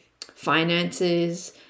finances